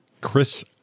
chris